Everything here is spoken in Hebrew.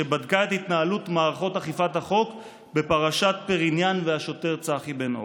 שבדקה את התנהלות מערכות אכיפת החוק בפרשת פריניאן והשוטר צחי בן אור.